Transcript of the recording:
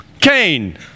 Cain